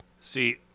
See